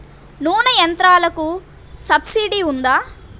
నూనె యంత్రాలకు సబ్సిడీ ఉందా?